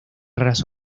raras